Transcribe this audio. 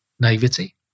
naivety